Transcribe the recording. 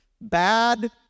Bad